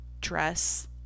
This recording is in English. dress